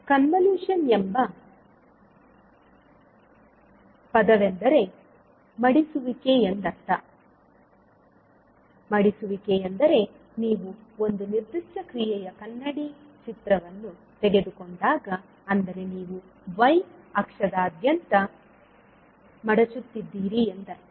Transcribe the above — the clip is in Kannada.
ಕನ್ವಲ್ಯೂಷನ್ ಎಂಬ ಪದವೆಂದರೆ ಮಡಿಸುವಿಕೆ ಎಂದರ್ಥ ಮಡಿಸುವಿಕೆ ಎಂದರೆ ನೀವು ಒಂದು ನಿರ್ದಿಷ್ಟ ಕ್ರಿಯೆಯ ಕನ್ನಡಿ ಚಿತ್ರವನ್ನು ತೆಗೆದುಕೊಂಡಾಗ ಅಂದರೆ ನೀವು y ಅಕ್ಷದಾದ್ಯಂತ ಮಡಚುತ್ತಿದ್ದೀರಿ ಎಂದರ್ಥ